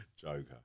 Joker